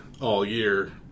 all-year